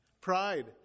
Pride